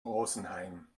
rosenheim